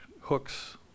hooks